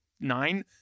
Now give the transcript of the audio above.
nine